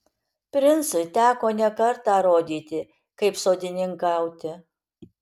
princui teko ne kartą rodyti kaip sodininkauti